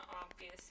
obvious